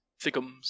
Thickums